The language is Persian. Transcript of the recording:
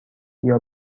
بیا